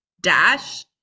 Dash